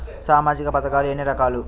సామాజిక పథకాలు ఎన్ని రకాలు?